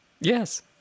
Yes